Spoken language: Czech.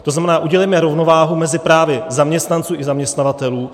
To znamená, udělejme rovnováhu mezi právy zaměstnanců i zaměstnavatelů.